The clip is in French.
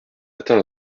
atteint